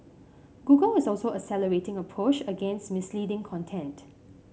google is also accelerating a push against misleading content